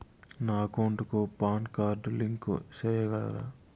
నా అకౌంట్ కు PAN card link సేయగలరా?